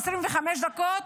25 דקות,